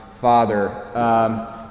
father